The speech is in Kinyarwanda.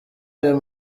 aya